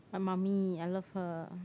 I'm mummy I love her